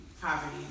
poverty